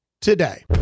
today